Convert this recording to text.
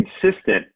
consistent